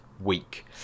week